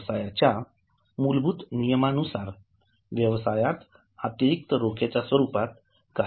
व्यवसायाच्या मूलभूत नियमानुसार व्यवसायात अतिरिक्त रोखेच्या स्वरूपात काहीतरी मूल्यवर्धन व्हावे